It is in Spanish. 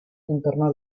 entornó